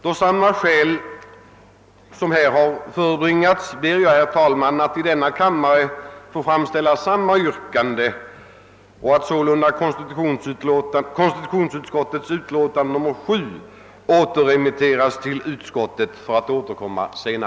Av samma skäl som här har förebragts ber jag, herr talman, att i denna kammare få framställa motsvarande yrkande, nämligen att ärendet måtte återförvisas till utskottet för ny behandling.